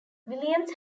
williams